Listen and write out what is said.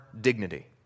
dignity